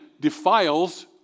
defiles